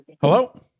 Hello